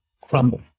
crumble